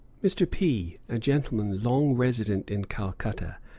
mr. p, a gentleman long resident in calcutta,